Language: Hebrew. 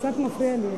זה קצת מפריע לי.